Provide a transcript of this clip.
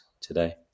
today